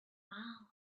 miles